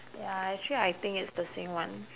ya actually I think it's the same [one]